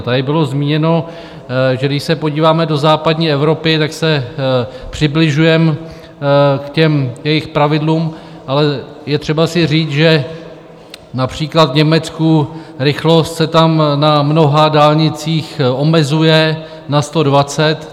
Tady bylo zmíněno, že když se podíváme do západní Evropy, tak se přibližujeme k jejich pravidlům, ale je třeba si říct, že například v Německu rychlost se tam na mnoha dálnicích omezuje na 120.